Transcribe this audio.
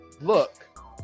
look